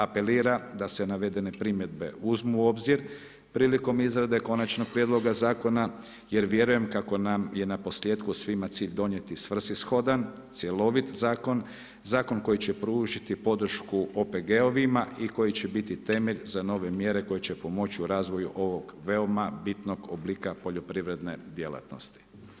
apelira da se navedene primjedbe uzmu u obzir prilikom izrade konačnog prijedloga zakona, jer vjerujem kako nam je na posljetku svima cilj donijeti svrsishodan, cjelovit zakon, zakon koji će pružiti podršku OPG-ovima i koji će biti temelj za nove mjere koje će pomoći u razvoj ovog veoma bitnog oblika poljoprivredne djelatnosti.